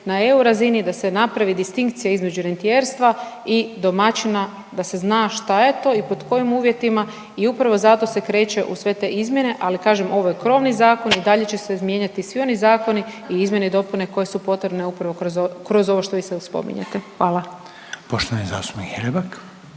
na EU razini da se napravi distinkcija između rentijerstva i domaćina, da se zna šta je to i pod kojim uvjetima i upravo zato se kreće u sve te izmjene, ali kažem, ovo je krovni zakon i dalje će se mijenjati svi oni zakoni i izmjene i dopune koje su potrebne upravo kroz ovo što vi sad spominjete. Hvala. **Reiner, Željko